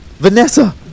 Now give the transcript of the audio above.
Vanessa